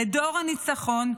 לדור הניצחון,